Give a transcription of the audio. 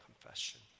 confession